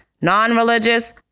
non-religious